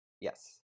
Yes